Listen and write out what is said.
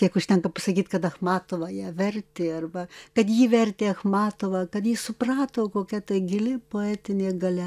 tiek užtenka pasakyt kad achmatova ją vertė arba kad ji vertė achmatovą kad ji suprato kokia ta gili poetinė galia